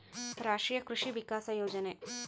ರಾಷ್ಟ್ರೀಯ ಕೃಷಿ ವಿಕಾಸ ಯೋಜನೆ